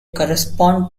correspond